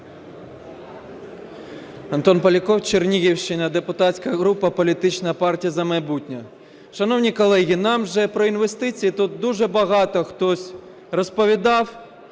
Антон Поляков, Чернігівщина, депутатська група політична "Партія "За майбутнє". Шановні колеги, нам уже про інвестиції тут дуже багато хтось розповідав.